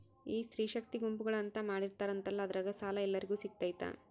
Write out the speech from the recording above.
ಈ ಸ್ತ್ರೇ ಶಕ್ತಿ ಗುಂಪುಗಳು ಅಂತ ಮಾಡಿರ್ತಾರಂತಲ ಅದ್ರಾಗ ಸಾಲ ಎಲ್ಲರಿಗೂ ಸಿಗತೈತಾ?